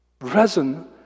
Resin